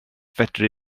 fedru